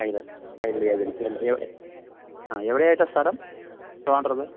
ആ എവിടെയായിട്ടാണ് സ്ഥലം ട്രിവാൻട്രത്ത്